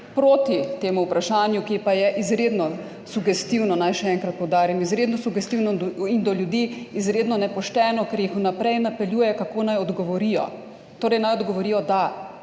proti temu vprašanju, ki pa je izredno sugestivno, naj še enkrat poudarim, izredno sugestivno in do ljudi izredno nepošteno, ker jih vnaprej napeljuje, kako naj odgovorijo – naj odgovorijo da.